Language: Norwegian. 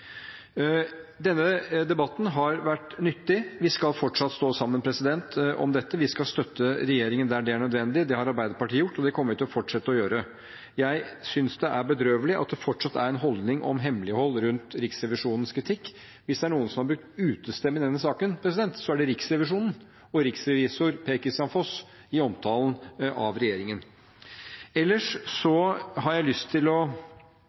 har Arbeiderpartiet gjort, og det kommer vi til å fortsette å gjøre. Jeg synes det er bedrøvelig at det fortsatt er en holdning om hemmelighold rundt Riksrevisjonens kritikk. Hvis det er noen som har brukt utestemme i denne saken, er det Riksrevisjonen og riksrevisor Per-Kristian Foss i omtalen av regjeringen. Ellers har jeg lyst til å